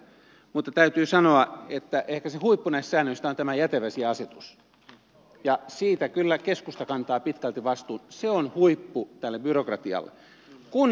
mutta täytyy sanoa että ehkä se huippu näistä säännöistä on tämä jätevesiasetus ja siitä kyllä keskusta kantaa pitkälti vastuun se on huippu tälle byrokratialle